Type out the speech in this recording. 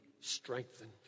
strengthened